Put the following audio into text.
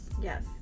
Yes